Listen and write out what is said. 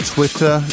Twitter